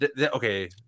Okay